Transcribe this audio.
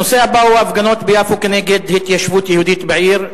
הנושא הבא: ההפגנות ביפו כנגד התיישבות יהודית בעיר,